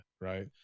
right